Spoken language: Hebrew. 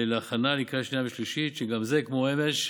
להכנה לקריאה שנייה ושלישית, שגם זה, כמו אמש,